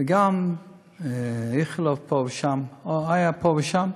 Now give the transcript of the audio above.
וגם איכילוב פה ושם, היה פה ושם,